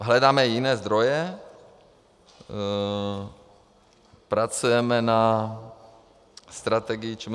Hledáme i jiné zdroje, pracujeme na strategii ČMZRB.